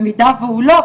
במידה והוא לא,